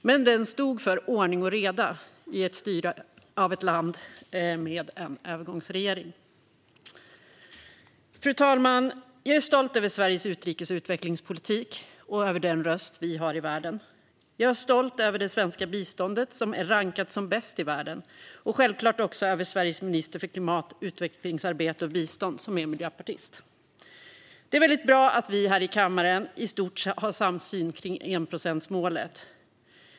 Men den stod för ordning och reda i styret av ett land med en övergångsregering. Fru talman! Jag är stolt över Sveriges utrikes och utvecklingspolitik och över den röst vi har i världen. Jag är stolt över det svenska biståndet, som är rankat som bäst i världen. Jag är självklart också stolt över Sveriges minister för klimat, utvecklingsarbete och bistånd, som är miljöpartist. Det är väldigt bra att vi här i kammaren i stort sett har samsyn kring enprocentsmålet.